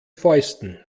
fäusten